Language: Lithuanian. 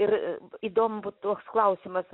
ir įdomu būtų toks klausimas